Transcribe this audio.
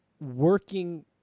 working